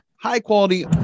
high-quality